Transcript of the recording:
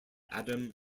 adam